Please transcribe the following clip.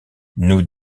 nous